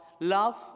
love